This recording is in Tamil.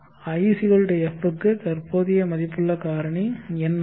i f க்கு தற்போதைய மதிப்புள்ள காரணி n ஆகும்